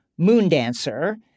Moondancer—